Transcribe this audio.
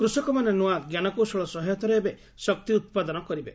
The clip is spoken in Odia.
କୃଷକମାନେ ନ୍ନଆ କ୍ଷାନକୌଶଳ ସହାୟତାରେ ଏବେ ଶକ୍ତି ଉତ୍ପାଦନ କରିବେ